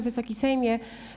Wysoki Sejmie!